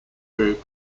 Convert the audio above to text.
group